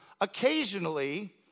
Occasionally